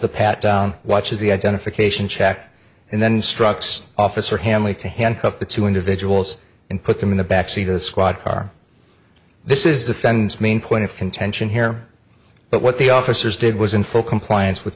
the pat down watches the identification check and then struck officer hanley to handcuff the two individuals and put them in the backseat of the squad car this is the fens main point of contention here but what the officers did was in full compliance with